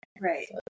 Right